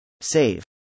Save